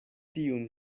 tiun